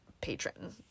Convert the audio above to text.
patron